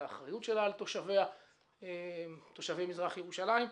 לאחריות שלה על תושבי מזרח ירושלים.